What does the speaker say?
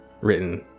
written